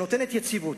שנותנת יציבות,